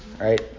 right